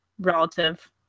relative